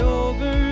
over